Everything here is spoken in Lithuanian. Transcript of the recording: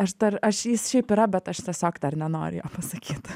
aš dar aš jis šiaip yra bet aš tiesiog dar nenoriu jo pasakyt